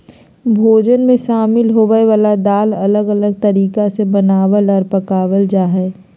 भोजन मे शामिल होवय वला दाल अलग अलग तरीका से बनावल आर पकावल जा हय